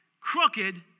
crooked